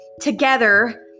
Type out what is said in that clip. together